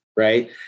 Right